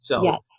Yes